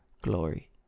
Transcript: glory